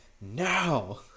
now